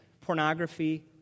pornography